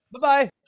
Bye-bye